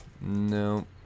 No